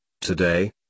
Today